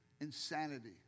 insanity